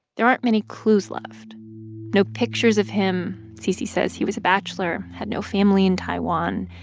there aren't many clues left no pictures of him. cc says he was a bachelor, had no family in taiwan.